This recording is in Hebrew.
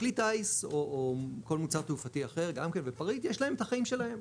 כלי טייס או כל מוצר תעופתי אחר גם כן לפריט יש להם את החיים שלהם.